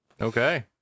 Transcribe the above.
Okay